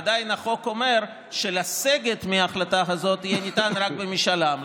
ועדיין החוק אומר שלסגת מההחלטה הזאת יהיה ניתן רק במשאל עם.